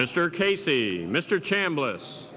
mr casey mr chambliss